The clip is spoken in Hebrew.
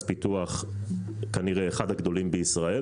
פיתוח שכנראה הוא אחד הגדולים בישראל